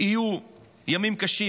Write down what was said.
יהיו ימים קשים,